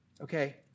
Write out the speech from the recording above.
okay